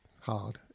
hard